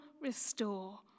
restore